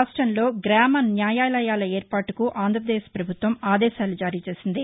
రాష్ట్రములో గ్రామ న్యాయాలయాల ఏర్పాటుకు ఆంధ్రాపదేశ్ ప్రభుత్వం ఆదేశాలు జారీ చేసింది